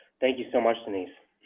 thank you so much denise.